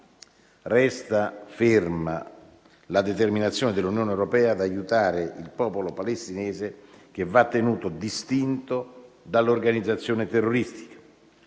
Resta ferma la determinazione dell'Unione europea ad aiutare il popolo palestinese, che va tenuto distinto dall'organizzazione terroristica.